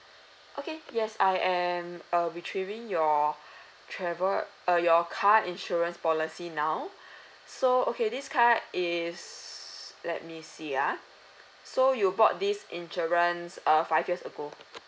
okay yes I am uh retrieving your travel uh your car insurance policy now so okay this car is let me see ah so you bought this insurance uh five years ago